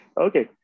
okay